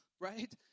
right